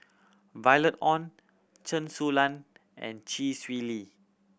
Violet Oon Chen Su Lan and Chee Swee Lee